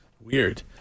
weird